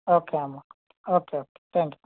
okay అమ్మ okay okay thank you